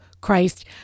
Christ